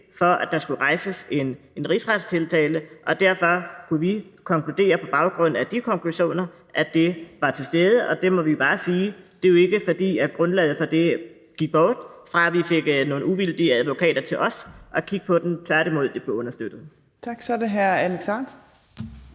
for at der skulle rejses en rigsretstiltale, og derfor kunne vi konkludere på baggrund af de konklusioner, at det var til stede. Og vi må bare sige, at det jo ikke er, fordi grundlaget for det gik bort, ved at vi fik nogle uvildige advokater til også at kigge på den, tværtimod. Det blev understøttet. Kl. 11:59 Fjerde